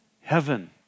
heaven